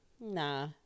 nah